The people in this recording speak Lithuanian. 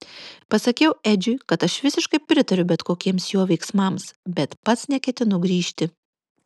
pasakiau edžiui kad aš visiškai pritariu bet kokiems jo veiksmams bet pats neketinu grįžti